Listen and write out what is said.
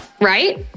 right